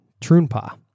Trunpa